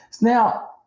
Now